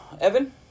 Evan